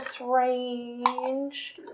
range